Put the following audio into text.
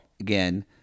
again